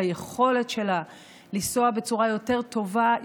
ליכולת שלה לנסוע בצורה יותר טובה,